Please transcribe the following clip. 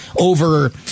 over